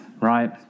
right